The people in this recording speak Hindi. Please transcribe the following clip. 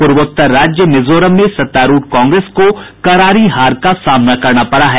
पूर्वोत्तर राज्य मिजोरम में सत्तारूढ़ कांग्रेस को करारी हार का सामना करना पड़ा है